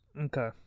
Okay